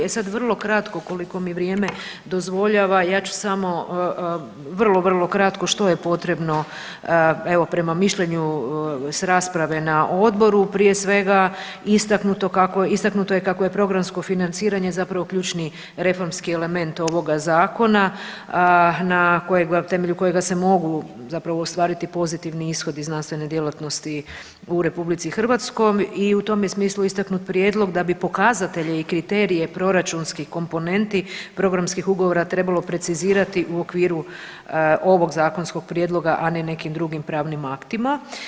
E sad vrlo kratko koliko mi vrijeme dozvoljava, ja ću samo vrlo vrlo kratko što je potrebno, evo prema mišljenju s rasprave na odboru, prije svega istaknuto kako, istaknuto je kako je programsko financiranje zapravo ključni reformski element ovoga zakona na temelju kojega se mogu zapravo ostvariti pozitivni ishodi znanstvene djelatnosti u RH i u tom je smislu istaknut prijedlog da bi pokazatelje i kriterije proračunskih komponenti programskih ugovora trebalo precizirati u okviru ovog zakonskog prijedloga, a ne nekim drugim pravnim aktima.